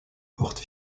porte